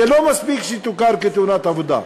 זה לא מספיק כדי שתוכר כתאונת עבודה.